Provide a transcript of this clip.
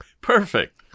Perfect